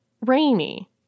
rainy